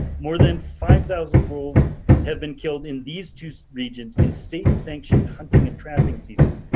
more than five thousand wolves have been killed in these two regions in state sanctioned hunting and trapping seasons.